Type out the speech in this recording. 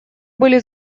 были